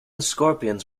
scorpions